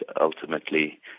ultimately